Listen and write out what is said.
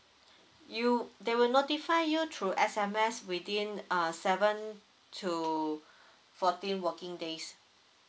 you they will notify you through S_M_S within uh seven to fourteen working days